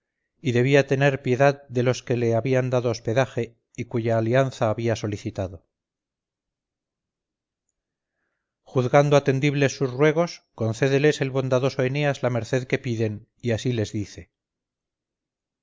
y debía tener piedad de los que le habían dado hospedaje y cuya alianza había solicitado juzgando atendibles sus ruegos concédeles el bondadoso eneas la merced que piden y así les dice